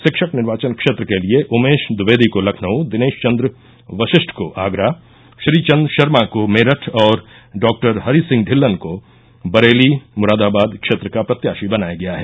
शिक्षक निर्वाचन क्षेत्र के लिये उमेश द्विवेदी को लखनऊ दिनेश चन्द्र वशिष्ठ को आगरा श्रीचन्द शर्मा को मेरठ और डॉक्टर हरि सिंह ढिल्लन को बरेली मुरादाबाद क्षेत्र का प्रत्याशी बनाया गया है